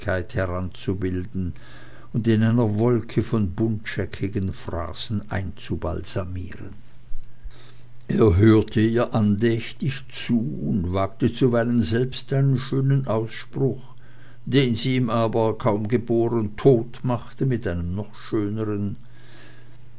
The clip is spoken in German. heranzubilden und in einer wolke von buntscheckigen phrasen einzubalsamieren er hörte ihr andächtig zu und wagte zuweilen selbst einen schönen ausspruch den sie ihm aber kaum geboren totmachte mit einem noch schönern